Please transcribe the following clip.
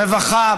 לרווחה,